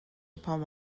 پام